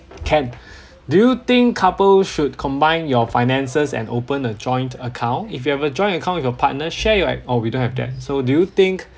can do you think couples should combine your finances and open a joint account if you have a joint account with your partner share your orh we don't have that so do you think